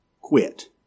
Quit